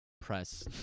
press